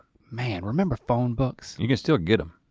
man, remember phone books? you can still get them.